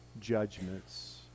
judgments